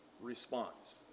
response